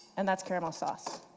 and that's caramel sauce.